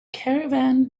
caravan